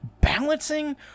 balancing